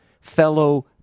fellow